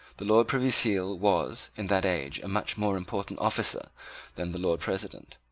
the lord privy seal was, in that age a much more important officer than the lord president.